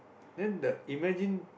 then the imagine